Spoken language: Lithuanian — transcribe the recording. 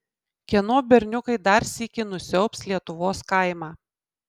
kieno berniukai dar sykį nusiaubs lietuvos kaimą